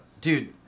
Dude